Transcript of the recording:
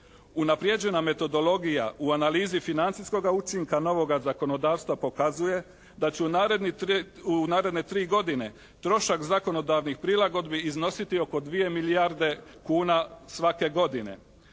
Unaprijeđena metodologija u analizi financijskoga učinka novoga zakonodavstva pokazuje da će u naredne tri godine trošak zakonodavnih prilagodbi iznositi oko dvije milijarde kuna svake godine.